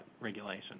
regulation